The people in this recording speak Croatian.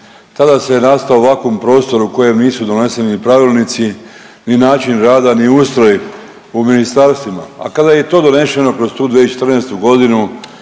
Tada se nastao vakuum prostor u kojem nisu doneseni pravilnici, ni način rada, ni ustroj u ministarstvima, a kada je i to donešeno kroz tu 2014. godinu